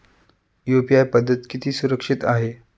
UPI पद्धत किती सुरक्षित आहे?